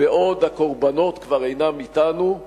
בעוד הקורבנות כבר אינם אתנו.